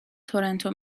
تورنتو